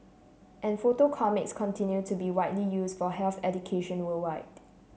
and photo comics continue to be widely use for health education worldwide